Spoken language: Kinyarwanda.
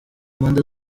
mpande